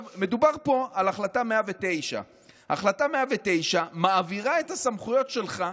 מדובר פה על החלטה 109. החלטה 109 מעבירה את הסמכויות שלך,